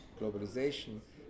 globalization